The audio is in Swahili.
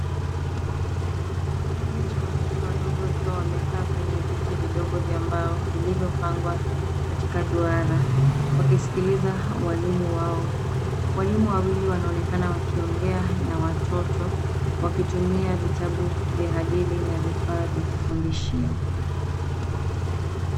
Kikundi cha watoto wadogo wakiwa wamekaa kwenye viti vidogo vya mbao vilivyopangwa katika duara wakiisikiliza walimu wao. Walimu wawili wanaonekana wakiongea na watoto wakitumia vitabu vya hadithi na vifaa vya kufundishia.